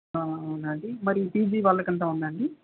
అవునా అండి మరి ఈ పీజీ వాళ్ళకు అంత ఉందండి